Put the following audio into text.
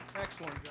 Excellent